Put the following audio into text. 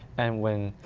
and when